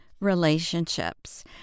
Relationships